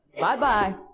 Bye-bye